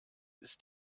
ist